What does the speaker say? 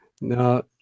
Now